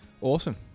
Awesome